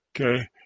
okay